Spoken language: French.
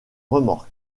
remorque